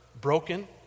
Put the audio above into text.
broken